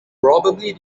probably